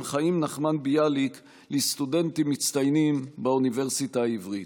חיים נחמן ביאליק לסטודנטים מצטיינים באוניברסיטה העברית.